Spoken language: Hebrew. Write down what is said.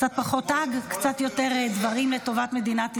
קצת פחות האג, קצת יותר דברים לטובת מדינת ישראל.